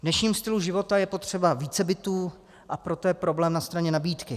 V dnešním stylu života je potřeba více bytů, a proto je problém na straně nabídky.